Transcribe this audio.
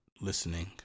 Listening